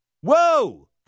Whoa